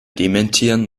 dementieren